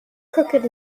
crooked